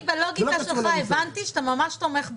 אני בלוגיקה שלך הבנתי שאתה ממש תומך בחוק.